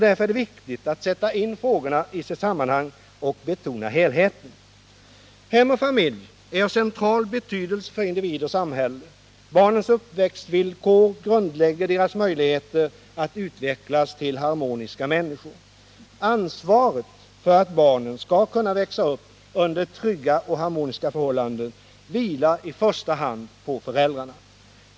Därför är det viktigt att sätta in frågorna i deras sammanhang och betona helheten. Hem och familj är av central betydelse för individ och samhälle. Barnens uppväxtvillkor grundlägger deras möjligheter att utvecklas till harmoniska människor. Ansvaret för att barnen skall kunna växa upp under trygga och harmoniska förhållanden vilar i första hand på föräldrarna.